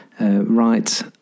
right